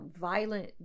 violent